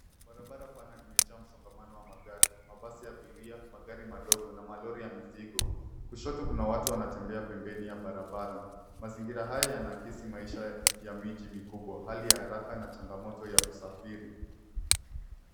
Barabara pana imejaa msongamano wa magari, mabasi ya abiria, magari madogo na malori ya mizigo. Kushoto kuna watu wanatembea pembeni ya barabara. Mazingira haya yanaakisi maisha ya miji mikubwa, hali ya haraka na changamoto ya usafiri.